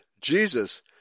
Jesus